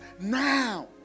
now